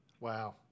Wow